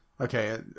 Okay